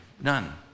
none